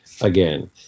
again